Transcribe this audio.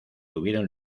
tuvieron